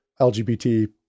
LGBT